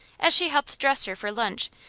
as she helped dress her for lunch,